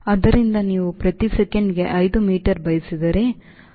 ಆದ್ದರಿಂದ ನೀವು ಪ್ರತಿ ಸೆಕೆಂಡಿಗೆ 5 ಮೀಟರ್ ಬಯಸಿದರೆ 5 by 9